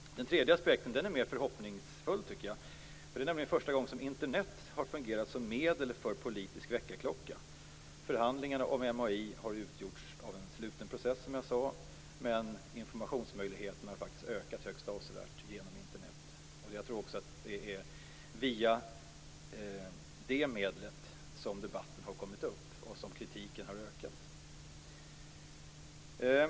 Den tredje aspekten är mer förhoppningsfull. Det är nämligen första gången som Internet har fungerat som medel för en politisk väckarklocka. Förhandlingarna om MAI har utgjorts av en sluten process, men informationsmöjligheterna har ökat högst avsevärt genom Internet. Jag tror också att det är via det mediet som debatten har kommit upp och kritiken har ökat.